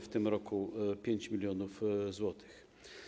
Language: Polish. W tym roku 5 mln zł.